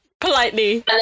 politely